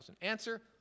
Answer